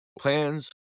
plans